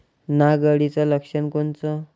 नाग अळीचं लक्षण कोनचं?